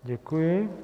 Děkuji.